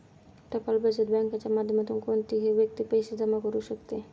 टपाल बचत बँकेच्या माध्यमातून कोणतीही व्यक्ती पैसे जमा करू शकते